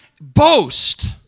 boast